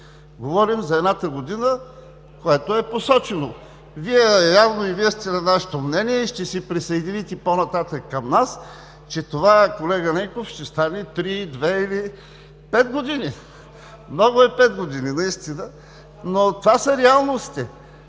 Говорим за едната година, което е посочено. Явно и Вие сте на нашето мнение и ще присъедините по-нататък към нас, че това, колега Ненков, ще стане три, две или пет години. Много е пет години, наистина, но това са реалностите.